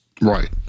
Right